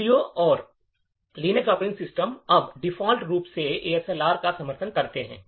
Windows और Linux operating system अब default रूप से एएसएलआर का समर्थन करते हैं